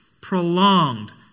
prolonged